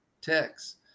text